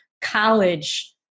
college